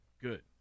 good